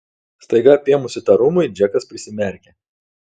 staiga apėmus įtarumui džekas prisimerkė